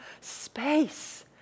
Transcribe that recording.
space